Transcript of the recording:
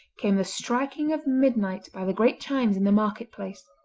came the striking of midnight by the great chimes in the market place.